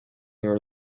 your